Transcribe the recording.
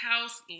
House